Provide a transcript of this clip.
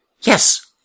Yes